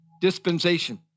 dispensation